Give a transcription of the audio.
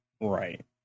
Right